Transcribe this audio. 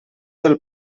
del